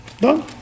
Done